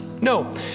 No